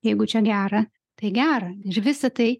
jeigu čia gera tai gera ir visa tai